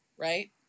Right